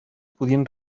podien